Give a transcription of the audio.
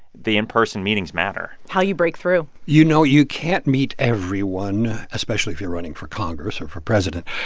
the in-person meetings matter how you break through you know, you can't meet everyone, especially if you're running for congress or for president.